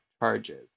charges